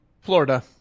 Florida